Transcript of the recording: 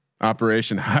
Operation